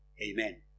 Amen